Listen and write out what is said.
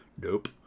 Nope